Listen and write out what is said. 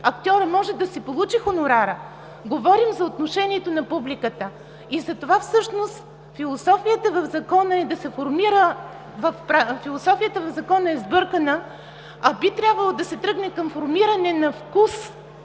актьорът може да си получи хонорара. Говорим за отношението на публиката. Затова всъщност философията в Закона е сбъркана, а би трябвало да се тръгне към формиране на вкус